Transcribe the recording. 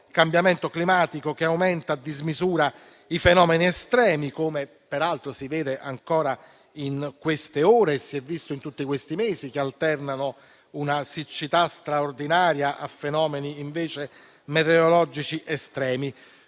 cambiamento climatico aumenta a dismisura i fenomeni estremi, come si vede anche in queste ore e come si è visto in tutti questi mesi, alternando una siccità straordinaria a fenomeni meteorologici estremi.